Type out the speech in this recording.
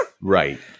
right